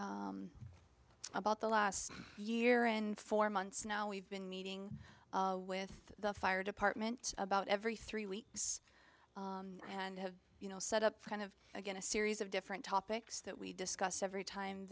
about the last year and four months now we've been meeting with the fire department about every three weeks and have you know set up kind of again a series of different topics that we discuss every time